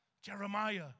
Jeremiah